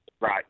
right